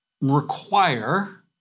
require